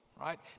right